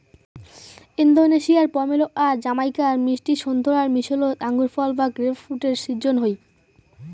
ইন্দোনেশিয়ার পমেলো আর জামাইকার মিষ্টি সোন্তোরার মিশোলোত আঙুরফল বা গ্রেপফ্রুটের শিজ্জন হই